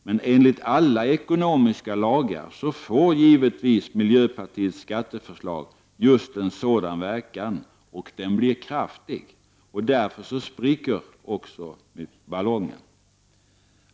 Men enligt alla ekonomiska lagar så får givetvis miljöpartiets skatteförslag just en sådan verkan, och den blir kraftig, och därför spricker också ballongen.